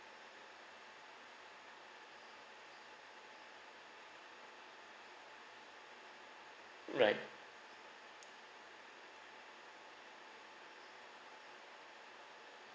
right